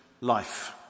life